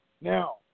Now